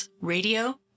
radio